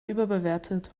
überbewertet